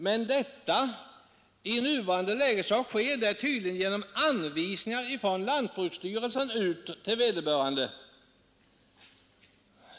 Men i nuvarande läge sker detta tydligen genom anvisningar till vederbörande från lantbruksstyrelsen.